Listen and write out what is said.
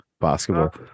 Basketball